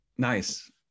Nice